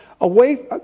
Away